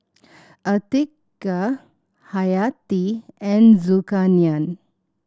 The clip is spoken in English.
Atiqah Hayati and Zulkarnain